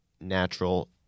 natural